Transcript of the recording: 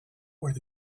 where